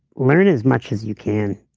learn as much as you can.